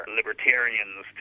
libertarians